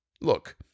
Look